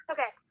Okay